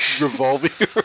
revolving